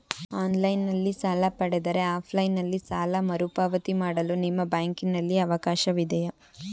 Online ನಲ್ಲಿ ಸಾಲ ಪಡೆದರೆ ಆಫ್ಲೈನ್ ನಲ್ಲಿ ಸಾಲ ಮರುಪಾವತಿ ಮಾಡಲು ನಿಮ್ಮ ಬ್ಯಾಂಕಿನಲ್ಲಿ ಅವಕಾಶವಿದೆಯಾ?